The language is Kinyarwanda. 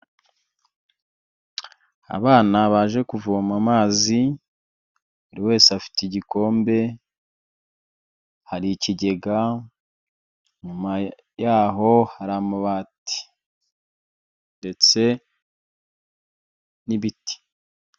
Abana baje kuvoma amazi buri wese afite igikombe, hari ikigega inyuma yaho hari amabati ndetse n'ibiti.